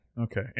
Okay